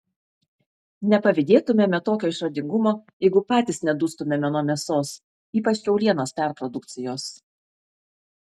nepavydėtumėme tokio išradingumo jeigu patys nedustumėme nuo mėsos ypač kiaulienos perprodukcijos